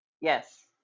Yes